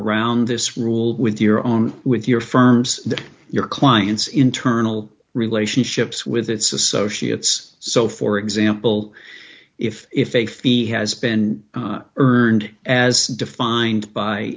around this rule with your own with your firms your clients internal relationships with its associates so for example if if a fee has been earned as defined by